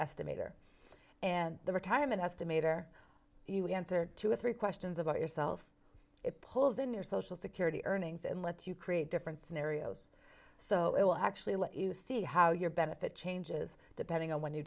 estimator and the retirement estimate are you answer two or three questions about yourself it pulls in your social security earnings and lets you create different scenarios so it will actually let you see how your benefit changes depending on when you